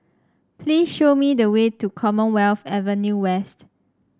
please show me the way to Commonwealth Avenue West